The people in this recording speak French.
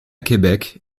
québec